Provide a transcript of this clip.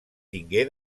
tingué